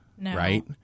right